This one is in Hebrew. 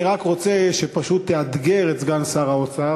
אני רק רוצה שפשוט תאתגר את סגן שר האוצר